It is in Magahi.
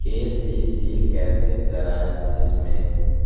के.सी.सी कैसे कराये जिसमे